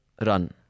run